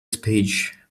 speech